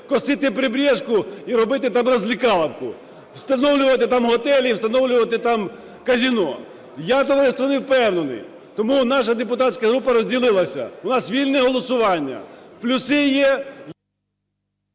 косити "прибрежку" і робити там "развлекаловку", встановлювати там готелі і встановлювати там казино? Я, товариство, не впевнений. Тому наша депутатська група розділилася, у нас вільне голосування. Плюси є...